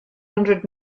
hundred